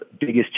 biggest